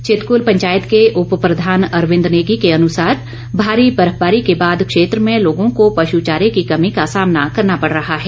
छितकुल पंचायत के उपप्रधान अरविन्द नेगी के अनुसार भारी बर्फबारी के बाद क्षेत्र में लोगों को पशु चारे की कमी का सामना करना पड़ रहा है